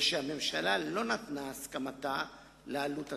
ושהממשלה לא נתנה הסכמתה לעלות התקציבית.